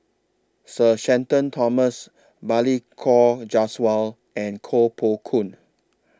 Sir Shenton Thomas Balli Kaur Jaswal and Koh Poh Koon